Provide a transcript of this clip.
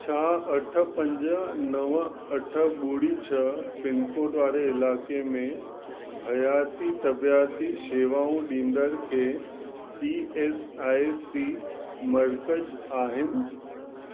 छा अठ पंज नव अठ ॿुड़ी छ्ह पिनकोड वारे इलाइक़े में हयाती तबयाती शेवाऊं ॾींदड़ के ई एस आई सी मर्कज़ आहिनि